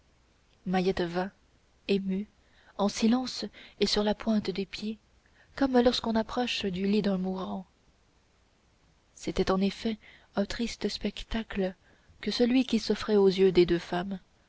mahiette vint émue en silence et sur la pointe des pieds comme lorsqu'on approche du lit d'un mourant c'était en effet un triste spectacle que celui qui s'offrait aux yeux des deux femmes